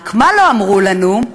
רק מה לא אמרו לנו?